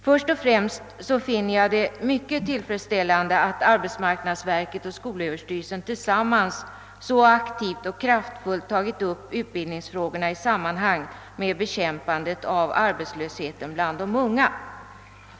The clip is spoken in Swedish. Först och främst finner jag det mycket tillfredsställande att arbetsmarknadsstyrelsen och skolöverstyrelsen tillsammans så aktivt och kraftfullt tagit upp utbildningsfrågorna i sammanhang med bekämpandet av arbetslösheten bland de unga.